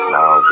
Now